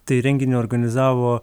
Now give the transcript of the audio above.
tai renginį organizavo